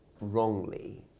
wrongly